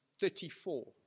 34